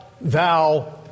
thou